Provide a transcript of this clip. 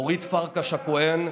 אורית פרקש הכהן,